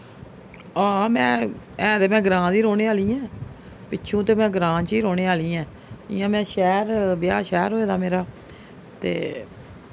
आंऽ ऐं ते मैं ग्रांऽ दी रौंह्ने आह्ली आं पिच्छू ते में ग्रांऽ च ई रौंह्ने आह्ली आं इ'यां में शैह्र ब्याह् शैह्र होए दा मेरा ते